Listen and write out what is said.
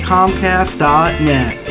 Comcast.net